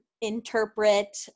interpret